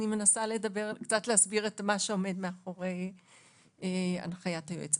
אבל אני מנסה להסביר קצת את מה שעומד מאחורי הנחיית היועץ.